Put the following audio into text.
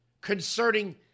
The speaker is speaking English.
concerning